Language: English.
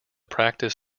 practice